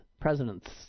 presidents